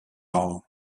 all